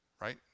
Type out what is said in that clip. Right